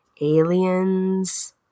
aliens